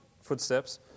footsteps